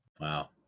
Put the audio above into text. wow